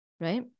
right